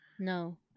No